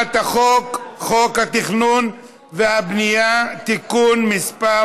הצעת חוק התכנון והבנייה (תיקון מס'